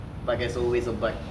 but there's always a but